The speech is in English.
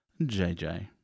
JJ